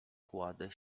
kładę